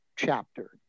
chapter